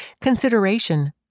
consideration